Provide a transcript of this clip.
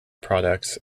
products